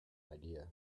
idea